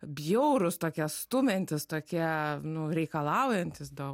bjaurūs tokie stumiantys tokie nu reikalaujantys daug